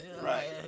Right